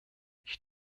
ich